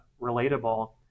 relatable